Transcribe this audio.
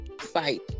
fight